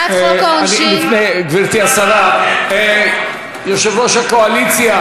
גברתי השרה, יושב-ראש הקואליציה